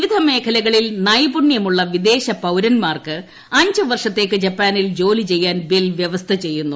വിവിധ മേഖലകളിൽ നൈപുണ്യമുള്ള വിദേശ പൌരൻമാർക്ക് അഞ്ച് വർഷത്തേക്ക് ജപ്പാനിൽ ജോലി ചെയ്യാൻ ബിൽ വൃവസ്ഥ ചെയ്യുന്നു